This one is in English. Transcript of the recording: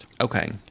Okay